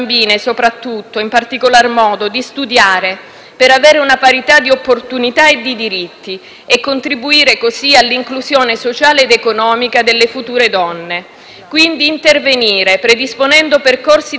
per avere una parità di opportunità e di diritti e contribuire così all'inclusione sociale ed economica delle future donne. Quindi, intervenire predisponendo percorsi di formazione per chi opera nei settori educativi;